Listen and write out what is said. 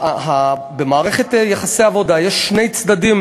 במערכת יחסי עבודה יש שני צדדים.